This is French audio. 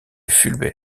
fulbert